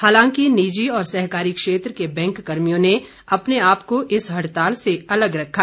हालांकि निजी और सहकारी क्षेत्र के बैंक कर्मियों ने अपने आप को इस हड़ताल से अलग रखा